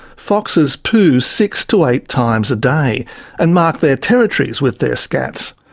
foxes poo six to eight times a day and mark their territories with their scats.